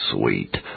Sweet